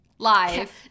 Live